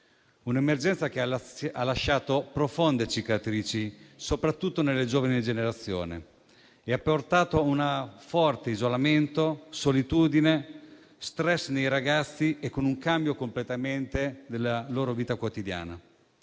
un'emergenza che ha lasciato profonde cicatrici, soprattutto nelle giovani generazioni, e ha portato a un forte isolamento, a solitudine e stress nei ragazzi, con un cambio completo della loro vita quotidiana.